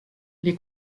les